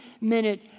minute